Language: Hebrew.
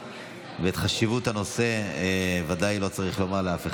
ואת חשיבות הנושא ודאי לא צריך לומר לאף אחד.